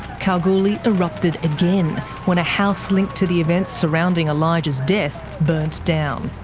kalgoorlie erupted again when a house linked to the events surrounding elijah's death burnt down.